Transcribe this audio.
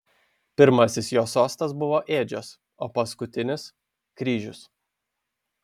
pirmasis jo sostas buvo ėdžios o paskutinis kryžius